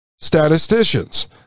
statisticians